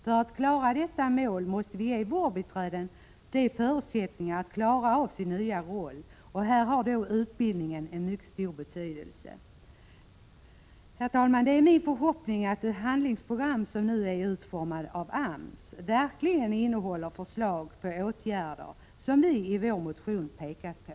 För att klara detta mål måste vi ge vårdbiträdena förutsättningar att klara av sin nya roll. Här har utbildningen en mycket stor betydelse. Herr talman! Det är min förhoppning att det handlingsprogram som nu är utformat av AMS verkligen innehåller förslag till åtgärder som vi i vår motion pekat på.